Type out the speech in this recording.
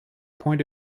point